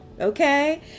Okay